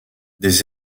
des